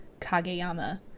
Kageyama